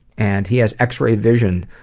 and he has x-ray vision,